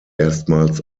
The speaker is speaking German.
erstmals